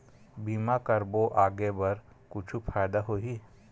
बीमा करबो आगे बर कुछु फ़ायदा होही?